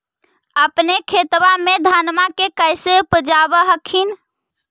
अपने खेतबा मे धन्मा के कैसे उपजाब हखिन?